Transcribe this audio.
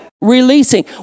releasing